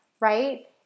right